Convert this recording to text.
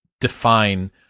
define